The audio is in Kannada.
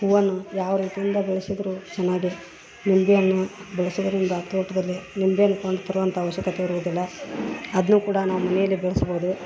ಹೂವನ್ನು ಯಾವ ರೀತಿಯಿಂದ ಬೆಳ್ಸಿದ್ದರು ಚೆನ್ನಾಗಿರು ನಿಂಬೆ ಹಣ್ಣು ಬೆಳ್ಸುದರಿಂದ ತೋಟದಲ್ಲಿ ನಿಂಬೆ ಹಣ್ಣು ಕೊಂಡು ತರೋವಂಥ ಆವಶ್ಯಕತೆ ಇರುವುದಿಲ್ಲ ಅದನ್ನೂ ಕೂಡ ನಾವು ಮನೆಯಲ್ಲೆ ಬೆಳ್ಸ್ಬೋದು